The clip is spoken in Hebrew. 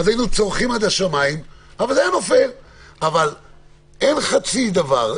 אבל אין חצי דבר.